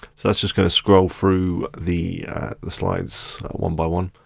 so that's just gonna scroll through the the slides one by one.